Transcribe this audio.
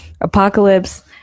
apocalypse